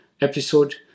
episode